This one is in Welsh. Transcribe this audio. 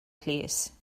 plîs